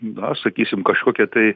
na sakysim kažkokie tai